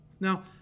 Now